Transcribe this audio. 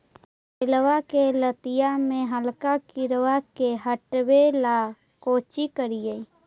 करेलबा के लतिया में हरका किड़बा के हटाबेला कोची करिए?